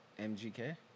MGK